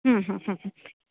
ಹ್ಞೂ ಹ್ಞೂ ಹ್ಞೂ